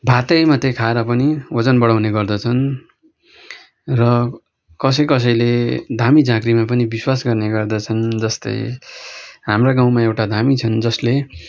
भातै मात्रै खाएर पनि ओजन बढाउने गर्दछन् र कसै कसैले धामी झाँक्रीमा पनि विश्वास गर्ने गर्दछन् जस्तै हाम्रो गाउँमा एउटा धामी छन् जसले